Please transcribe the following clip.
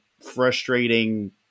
frustrating